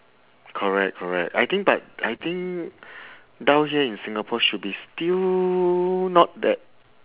correct correct I think but I think down here in singapore should be still not that